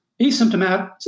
asymptomatic